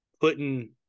putting